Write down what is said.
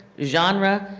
genre,